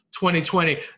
2020